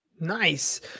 Nice